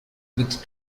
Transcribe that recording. with